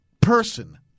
person